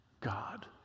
God